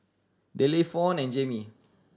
Delle Fawn and Jaime